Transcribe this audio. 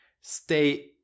Stay